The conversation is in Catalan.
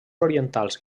orientals